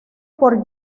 por